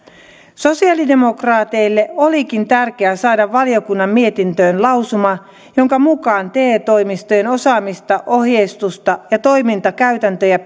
sosialidemokraateille olikin tärkeää saada valiokunnan mietintöön lausuma jonka mukaan te toimistojen osaamista ohjeistusta ja toimintakäytäntöjä